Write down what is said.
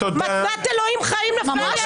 מתנת אלוהים חיים לפנינו.